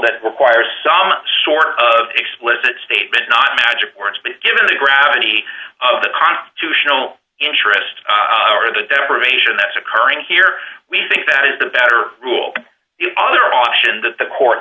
that requires some short of explicit statement not magic words but given the gravity of the constitutional interest or the deprivation that's occurring here we think that is the better rule the other option that the court